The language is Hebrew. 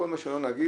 כל מה שלא נגיד,